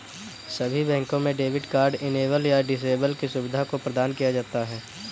सभी बैंकों में डेबिट कार्ड इनेबल या डिसेबल की सुविधा को प्रदान किया जाता है